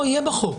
זה יהיה בחוק.